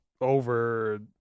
over